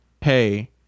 hey